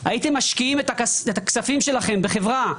הייתם משקעים את כספכם בחברה,